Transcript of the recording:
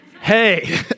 Hey